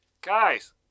Guys